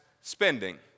spending